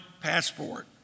passport